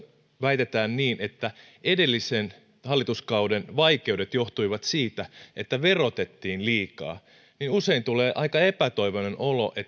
väitetään niin että edellisen hallituskauden vaikeudet johtuivat siitä että verotettiin liikaa niin usein tulee aika epätoivoinen olo